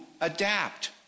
adapt